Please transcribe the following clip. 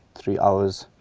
three hours